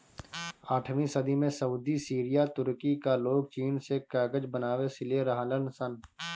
आठवीं सदी में सऊदी, सीरिया, तुर्की कअ लोग चीन से कागज बनावे सिले रहलन सन